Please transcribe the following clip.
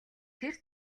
тэр